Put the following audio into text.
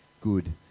good